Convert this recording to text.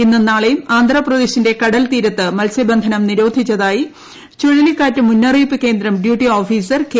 ഇന്നും നാളെയും ആന്ധ്രപ്രദേശിന്റെ കടൽ തീരത്ത് മത്സ്യബനധം നിരോധിച്ചതായി ചുഴലിക്കാറ്റ് മുന്നറിയിപ്പ് കേന്ദ്രം ഡ്യൂട്ടി ഓഫീസർ കെ